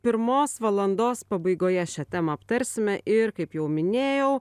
pirmos valandos pabaigoje šią temą aptarsime ir kaip jau minėjau